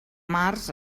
març